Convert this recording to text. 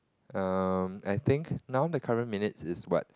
um I think now the current minute is what